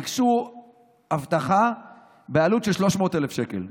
ביקשו אבטחה בעלות של 300,000 שקל,